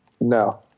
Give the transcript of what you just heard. No